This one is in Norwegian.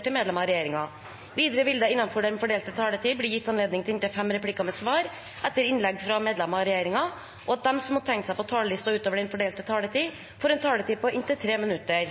til medlemmer av regjeringen. Videre vil det – innenfor den fordelte taletid – bli gitt anledning til inntil fem replikker med svar etter innlegg fra medlemmer av regjeringen, og de som måtte tegne seg på talerlisten utover den fordelte taletid, får en taletid på inntil 3 minutter.